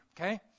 okay